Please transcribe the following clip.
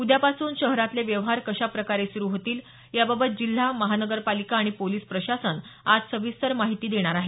उद्यापासून शहरातले व्यवहार कशाप्रकारे सुरू होतील याबाबत जिल्हा महानगरपालिका आणि पोलिस प्रशासन आज सविस्तर माहिती देणार आहे